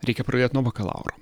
reikia pradėt nuo bakalauro